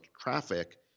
traffic